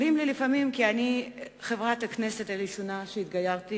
אומרים לי לפעמים כי אני חברת הכנסת הראשונה שהתגיירה,